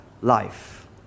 life